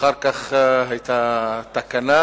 אחר כך היתה תקנה,